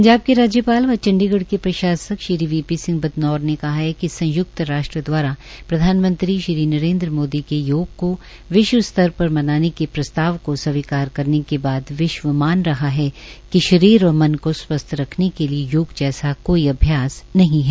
पंजाब के राज्यपाल और चंडीगढ के प्रशासक वीपी सिंह बदनौर ने कहा है संय्क्त राष्ट्र द्वारा प्रधानमंत्री नरेंद्र मोदी के योगा को विश्व स्तर पर मनाने का प्रस्ताव को स्वीकार करने के बाद विश्व ने मान रहा है कि शरीर और मन को स्वास्थय रखने के लिए योग जैसा कोई अभ्यास नहीं है